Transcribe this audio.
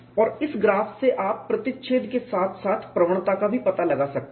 और इस ग्राफ से आप प्रतिच्छेद के साथ साथ प्रवणता का भी पता लगा सकते हैं